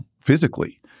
physically